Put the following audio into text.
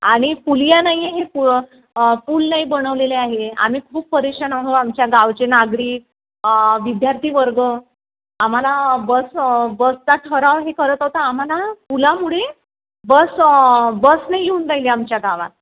आणि पुलिया नाही हे पु पुल नाही बनवलेले आहे आम्ही खूप परेशान आहो आमच्या गावचे नागरिक विद्यार्थीवर्ग आम्हाला बस बसचा ठराव हे करतो तर आम्हाला पुलामुळे बस बस नाही येऊन राहिली आमच्या गावात